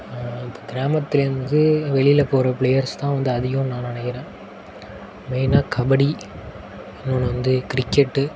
இப்போது கிராமத்திலேருந்து வெளியில் போகிற பிளேயர்ஸ் தான் வந்து அதிகம் நான் நினைக்கிறேன் மெயினாக கபடி இன்னொன்று வந்து கிரிக்கெட்டு